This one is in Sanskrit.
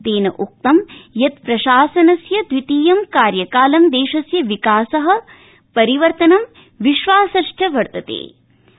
तेन उक्तं यत् प्रशासनस्य दवितीयं कार्यकालम् देशस्य विकासः परिवर्तनम् विश्वासश्च विद्यन्ते